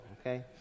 okay